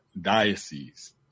diocese